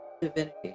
Divinity